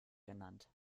genannt